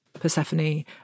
Persephone